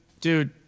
dude